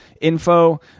info